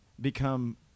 become